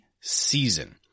season